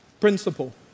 Principle